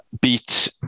beat